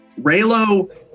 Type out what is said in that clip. Raylo